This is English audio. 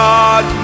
God